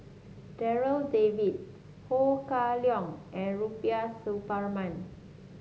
Darryl David Ho Kah Leong and Rubiah Suparman